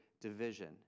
division